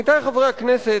עמיתי חברי הכנסת,